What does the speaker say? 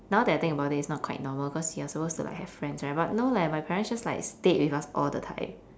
now that I think about it it's not quite normal because you are supposed to like have friends right but no like my parents just like stayed with us all the time